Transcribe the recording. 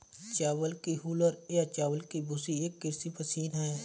चावल की हूलर या चावल की भूसी एक कृषि मशीन है